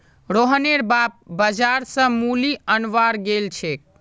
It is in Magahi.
रोहनेर बाप बाजार स मूली अनवार गेल छेक